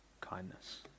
kindness